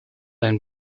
einen